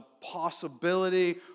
possibility